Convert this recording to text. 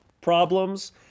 problems